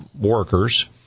workers